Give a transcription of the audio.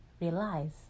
realize